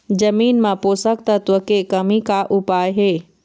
जमीन म पोषकतत्व के कमी का उपाय हे?